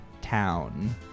Town